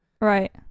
Right